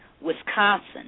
Wisconsin